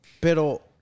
Pero